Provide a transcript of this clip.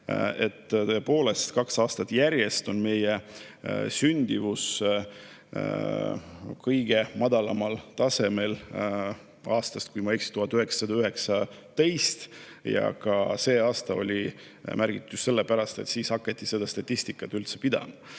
Tõepoolest, kaks aastat järjest on meie sündimus kõige madalamal tasemel aastast, kui ma eksi, 1919. Ja see aasta on [aluseks] just sellepärast, et siis hakati seda statistikat pidama.